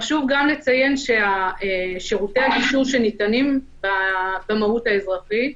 חשוב גם לציין ששירותי הגישור שניתנים במהו"ת האזרחית,